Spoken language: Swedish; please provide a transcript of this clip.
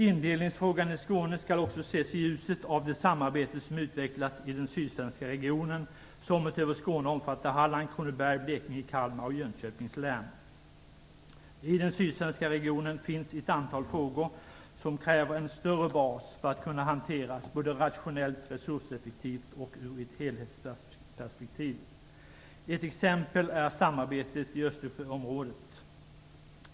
Indelningsfrågan i Skåne skall också ses i ljuset av det samarbete som utvecklats i den sydsvenska regionen, som utöver Skåne omfattar Hallands, Kronobergs, Blekinge, Kalmar och Jönköpings län. I den sydsvenska regionen finns ett antal frågor som kräver en större bas för att kunna hanteras både rationellt, resurseffektivt och ur ett helhetsperspektiv. Ett exempel är samarbetet i Östersjöområdet.